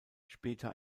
später